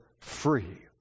free